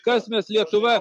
kas mes lietuva